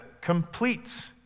completes